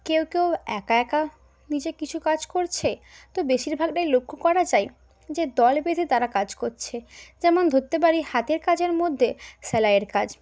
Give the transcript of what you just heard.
কেউ কেউ একা একা নিজে কিছু কাজ করছে তো বেশিরভাগটাই লক্ষ্য করা যায় যে দল বেঁধে তারা কাজ করছে যেমন ধরতে পারি হাতের কাজের মধ্যে সেলাইয়ের কাজ